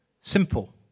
Simple